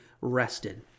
rested